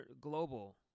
global